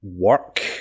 work